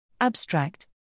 Abstract